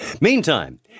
Meantime